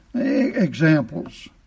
examples